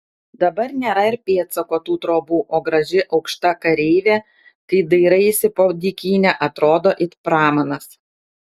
dabar nėra ir pėdsako tų trobų o graži aukšta kareivė kai dairaisi po dykynę atrodo it pramanas